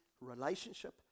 relationship